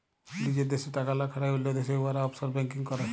লিজের দ্যাশে টাকা লা খাটায় অল্য দ্যাশে উয়ারা অফশর ব্যাংকিং ক্যরে